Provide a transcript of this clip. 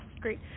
great